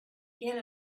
get